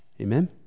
Amen